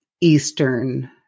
Eastern